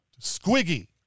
Squiggy